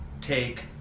take